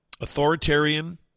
authoritarian